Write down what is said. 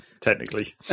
Technically